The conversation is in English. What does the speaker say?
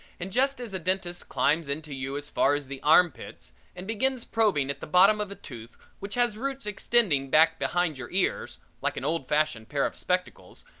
and just as a dentist climbs into you as far as the arm pits and begins probing at the bottom of a tooth which has roots extending back behind your ears, like an old-fashioned pair of spectacles,